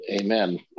amen